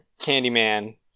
Candyman